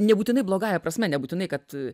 nebūtinai blogąja prasme nebūtinai kad